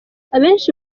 abenshi